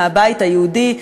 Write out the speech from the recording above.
מהבית היהודי,